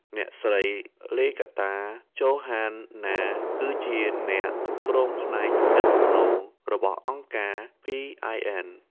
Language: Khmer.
អ្នកស្រី ឡេហ្គាតា ចូហានណា (Legarta Johanna) គឺជាអ្នកគ្រប់គ្រងផ្នែកទំនាក់ទំនងរបស់អង្គការ PIN។